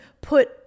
put